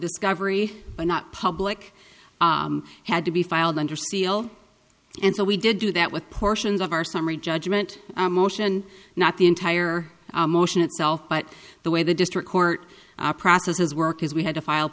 discovery but not public had to be filed under seal and so we did do that with portions of our summary judgment motion not the entire motion itself but the way the district court processes work is we had to file